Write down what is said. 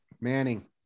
Manning